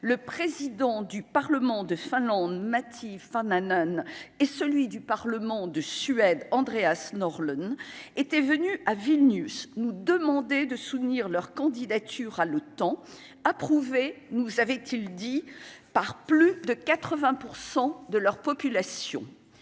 le président du Parlement, de Finlande Matif femme Hanane et celui du Parlement, de Suède, Andreas Norlén était venu à Vilnius nous demander de soutenir leur candidature à l'OTAN approuvé, nous avait-il dit, par plus de 80 % de leur population,